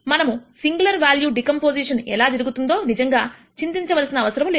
మనము singular value decomposition ఎలా జరుగుతుందో నిజంగా చింతించవలసిన అవసరము లేదు